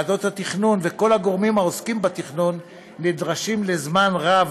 ועדות התכנון וכל הגורמים העוסקים בתכנון נדרשים לזמן רב,